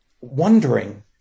wondering